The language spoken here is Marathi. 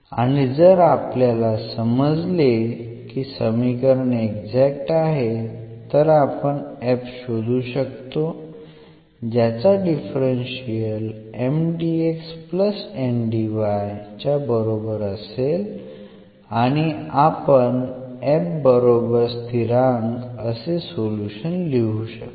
आणि जर आपल्याला समजले की समीकरण एक्झॅक्ट आहे तर आपण f शोधू शकतो ज्याचा डिफरन्शिअल च्या बरोबर असेल आणि आपण f बरोबर स्थिरांक असे सोल्युशन लिहू शकतो